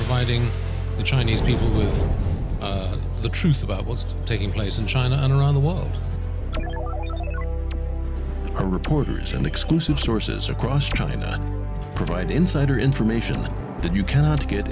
biting the chinese people is the truth about what's taking place in china and around the world are reporters and exclusive sources across china provide insider information that you cannot get